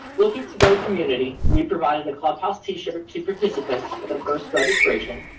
we'll get to go community, we provided the clubhouse t-shirt to participants for the first registration.